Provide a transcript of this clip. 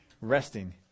Resting